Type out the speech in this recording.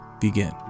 begin